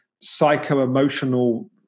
psycho-emotional